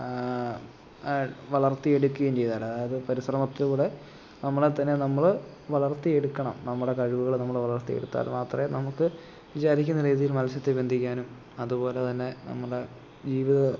വളർത്തിയെടുക്കുകയും ചെയ്താലേ അതായത് പരിശ്രമത്തിലൂടെ നമ്മളെത്തന്നെ നമ്മള് വളർത്തിയെടുക്കണം നമ്മുടെ കഴുവുകളെ നമ്മള് വളർത്തിയെടുത്താൽ മാത്രമേ നമുക്ക് വിചാരിക്കുന്ന രീതിയിൽ മത്സ്യത്തെ ബന്ധിക്കാനും അതുപോലെ തന്നെ നമ്മുടെ ജീവിതം